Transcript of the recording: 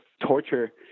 torture